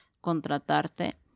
contratarte